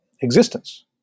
existence